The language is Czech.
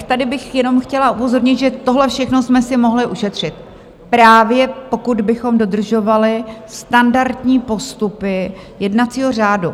Tady bych jenom chtěla upozornit, že tohle všechno jsme si mohli ušetřit, právě pokud bychom dodržovali standardní postupy jednacího řádu.